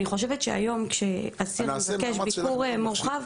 אני חושבת שהיום כשאסיר מבקש ביקור מורחב,